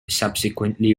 subsequently